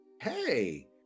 hey